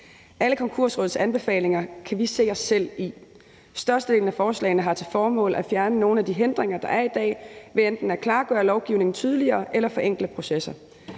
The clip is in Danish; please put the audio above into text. Alle Konkursrådets anbefalinger kan vi se os selv i. Størstedelen af forslagene har til formål at fjerne nogle af de hindringer, der er i dag, ved enten at klargøre lovgivningen og gøre den tydeligere eller forenkle processer.